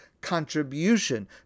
contribution